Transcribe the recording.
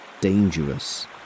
dangerous